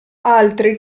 altri